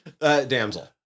Damsel